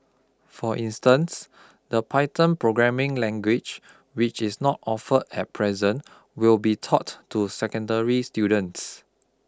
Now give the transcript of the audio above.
for instance the Python programming language which is not offered at present will be taught to secondary students